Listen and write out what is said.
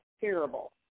terrible